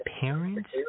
parents